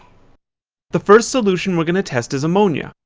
the first solution we're gonna test is ammonia.